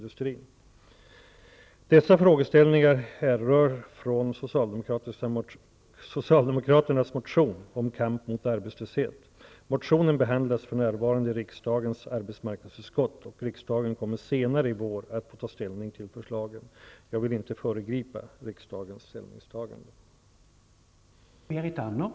Avser statsrådet att acceptera socialdemokraternas förslag att satsa 425 milj.kr. på kompetensutveckling inom tillverkningsindustrin för att förhindra att arbetslösheten stiger till 6 %?